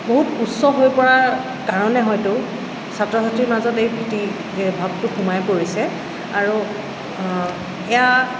বহুত উচ্চ হৈ পৰাৰ কাৰণে হয়তো ছাত্ৰ ছাত্ৰীৰ মাজত এই ভিতি ভাৱটো সোমাই পৰিছে আৰু এয়া